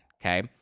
okay